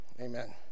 amen